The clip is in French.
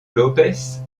lopes